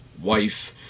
wife